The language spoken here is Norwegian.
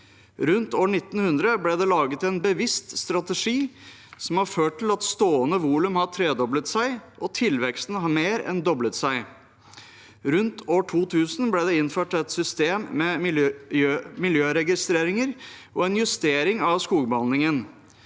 Rundt år 1900 ble det laget en be visst strategi som har ført til at det stående volumet har tredoblet seg, og tilveksten har mer enn doblet seg. Rundt år 2000 ble det innført et system med miljøregistreringer og en justering av skogbehandlingen.